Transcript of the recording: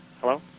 Hello